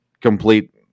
complete